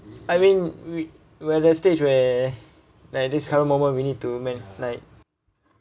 I mean we we're at the stage where like this kind of moment we need to man~ like